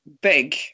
big